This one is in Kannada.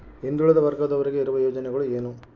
ಹಿಂದುಳಿದ ವರ್ಗದವರಿಗೆ ಇರುವ ಯೋಜನೆಗಳು ಏನು?